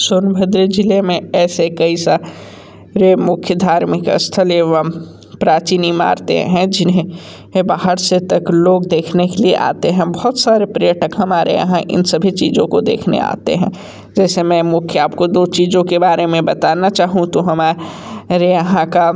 सोनभद्र ज़िले में ऐसे कई सा रे मुख्य धार्मिक स्थल एवं प्राचीन इमारतें हैं जिन्हें बाहर से तक लोग देखने के लिए आते हैं बहुत सारे पर्यटक हमारे यहाँ इन सभी चीज़ों को देखने आते हैं जैसे मैं मुख्य आपको दो चीज़ों के बारे में बताना चाहूँ तो हमा रे यहाँ का